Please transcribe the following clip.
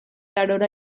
arora